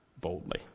boldly